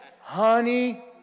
honey